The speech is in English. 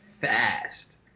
fast